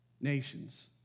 nations